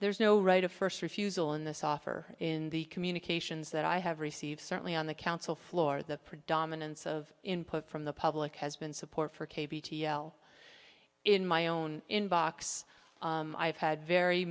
there's no right of first refusal in this offer in the communications that i have received certainly on the council floor the predominance of input from the public has been support for k v t l in my own inbox i have had very